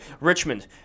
richmond